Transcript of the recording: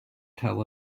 tell